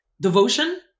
devotion